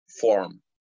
form